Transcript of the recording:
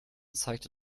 zeigte